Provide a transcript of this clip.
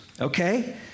okay